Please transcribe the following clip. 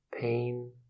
pain